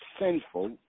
sinful